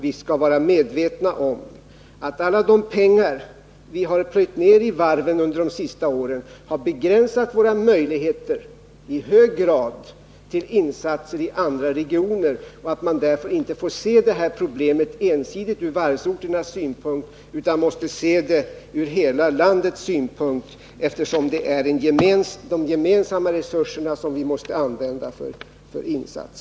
Vi skall vara medvetna om att de pengar vi har plöjt ned i varven under de senaste åren i hög grad har begränsat våra möjligheter till insatser i andra regioner. Man får mot den bakgrunden inte se problemet ur enbart varvsorternas synvinkel utan måste betrakta det i ett nationellt perspektiv. Det är ju fråga om att använda gemensamma resurser för de insatser som görs.